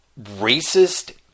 racist